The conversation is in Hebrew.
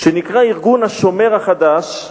שנקרא "השומר החדש",